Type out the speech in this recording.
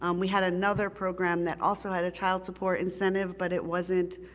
um we had another program that also had a child support incentive, but it wasn't,